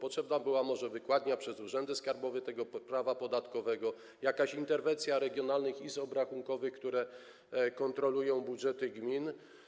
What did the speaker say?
Potrzebna była może wykładnia dokonana przez urzędy skarbowe tego prawa podatkowego, jakaś interwencja regionalnych izb obrachunkowych, które kontrolują budżety gmin.